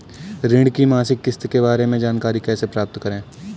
ऋण की मासिक किस्त के बारे में जानकारी कैसे प्राप्त करें?